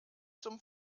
zum